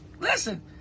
Listen